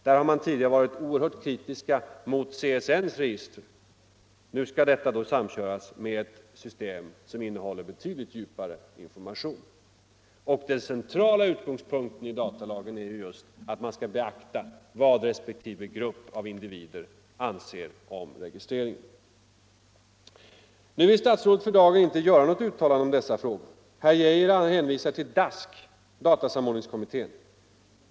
Där har man tidigare varit oerhört kritisk mot CSN:s register. Nu skall detta samköras med ett system som innehåller betydligt djupare information. Den centrala utgångspunkten i datalagen är ju att man skall beakta vad resp. grupper av individer anser om registreringen. Statsrådet vill för dagen inte göra något uttalande om dessa frågor. Herr Geijer hänvisar till DASK, datasamordningskommittén.